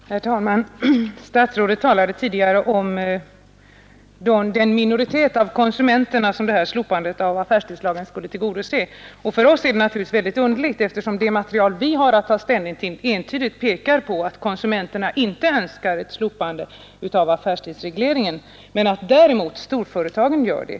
Herr talman! Statsrådet talade tidigare om den minoritet av konsumenterna som slopandet av affärstidslagen skulle tillgodose. För oss är det naturligtvis väldigt underligt, eftersom det material vi har att ta ställning till entydigt pekar på att konsumenterna inte önskar ett slopande av affärstidsregleringen men att däremot storföretagen gör det.